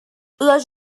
les